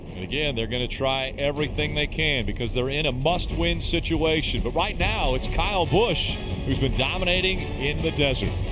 again, they're going to try everything they can because they're in a must-win situation. but right now it's kyle busch who's been dominating in the desert